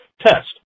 Test